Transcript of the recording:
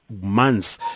months